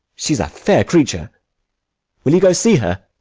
she's a fair creature will you go see her?